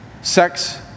sex